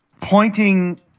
pointing